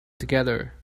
together